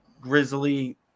grizzly